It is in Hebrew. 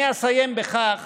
אני אסיים בכך